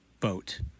vote